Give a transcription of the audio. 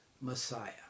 Messiah